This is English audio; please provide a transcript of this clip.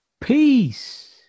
Peace